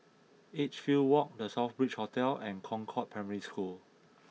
Edgefield Walk The Southbridge Hotel and Concord Primary School